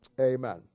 Amen